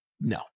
No